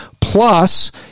Plus